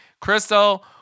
Crystal